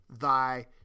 thy